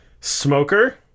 Smoker